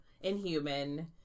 inhuman